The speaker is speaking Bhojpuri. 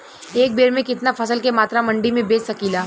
एक बेर में कितना फसल के मात्रा मंडी में बेच सकीला?